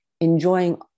enjoying